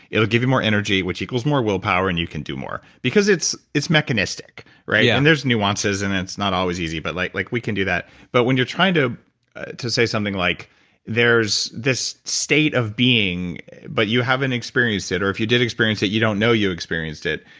it will give you more energy which equals more willpower and you can do more because it's it's mechanistic yeah and there's nuances and it's not always easy but like like we can do that but when you're trying to to say something like there's this state of being but you haven't experienced it or if you did experience it, you don't know you experienced it.